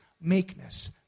meekness